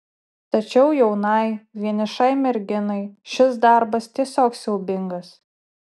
tačiau jaunai vienišai merginai šis darbas tiesiog siaubingas